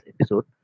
episode